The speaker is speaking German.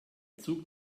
zug